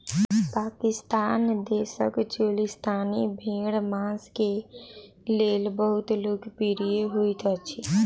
पाकिस्तान देशक चोलिस्तानी भेड़ मांस के लेल बहुत लोकप्रिय होइत अछि